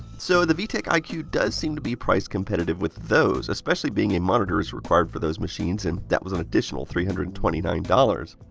so, the v-tech like iq does seem to be price competitive with those, especially being a monitor is required for those machines and that was an additional three hundred and twenty nine dollars.